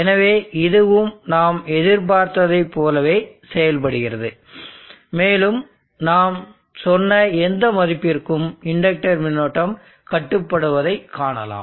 எனவே இதுவும் நாம் எதிர்பார்த்ததைப் போலவே செயல்படுகிறது மேலும் நாம் சொன்ன எந்த மதிப்பிற்கும் இண்டக்டர் மின்னோட்டம் கட்டுப்படுத்தப்படுவதை காணலாம்